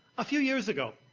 a few years ago,